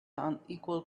unequal